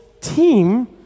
team